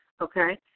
Okay